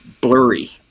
blurry